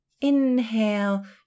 Inhale